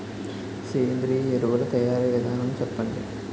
సేంద్రీయ ఎరువుల తయారీ విధానం చెప్పండి?